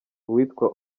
uwitwa